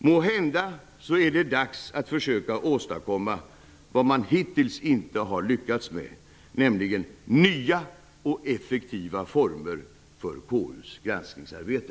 Det är måhända dags att försöka åstadkomma vad man hittills inte har lyckats med, nämligen nya och effektiva former för KU:s granskningsarbete.